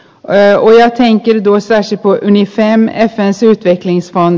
rajaoja henkirikosten sitoeni käännetään syytteet niskaan